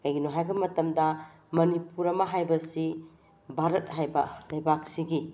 ꯀꯩꯒꯤꯅꯣ ꯍꯥꯏꯕ ꯃꯇꯝꯗ ꯃꯅꯤꯄꯨꯔ ꯑꯃ ꯍꯥꯏꯕ ꯑꯁꯤ ꯚꯥꯔꯠ ꯍꯥꯏꯕ ꯂꯩꯕꯥꯛꯁꯤꯒꯤ